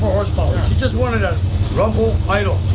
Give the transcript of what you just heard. horsepower he just wanted a rumble idle.